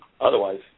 otherwise